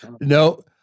No